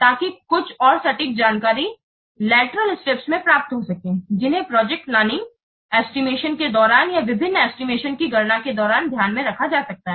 ताकि कुछ और सटीक जानकारी लेटरल स्टेप्स में प्राप्त हो सकें जिन्हें प्रोजेक्ट प्लानिंग एस्टिमेशन के दौरान या विभिन्न एस्टिमेशन की गणना के दौरान ध्यान में रखा जा सकता है